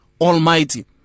Almighty